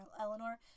Eleanor